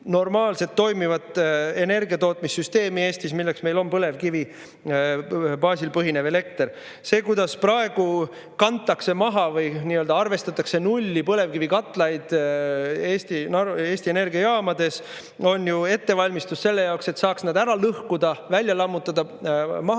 normaalselt toimivat energiatootmissüsteemi Eestis, mis meil põhineb põlevkivil. See, kuidas praegu kantakse maha või arvestatakse nulli põlevkivikatlaid Eesti Energia jaamades, on ju ettevalmistus selleks, et saaks need ära lõhkuda, maha lammutada, maha